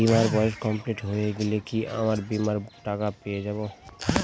বীমার বয়স কমপ্লিট হয়ে গেলে কি আমার বীমার টাকা টা পেয়ে যাবো?